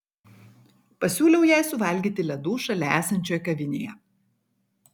pasiūliau jai suvalgyti ledų šalia esančioj kavinėje